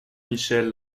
michel